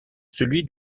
celui